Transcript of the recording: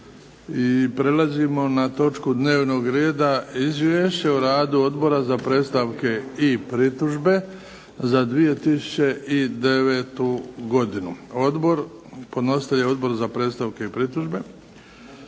i prelazimo na točku dnevnog reda - Izvješće o radu Odbora za predstavke i pritužbe za 2009. godinu Podnositelj je Odbor za predstavke i pritužbe.